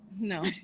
No